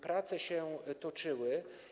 Prace się toczyły.